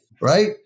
right